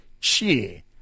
cheer